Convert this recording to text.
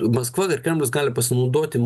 maskva ir kremlius gali pasinaudoti